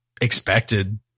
expected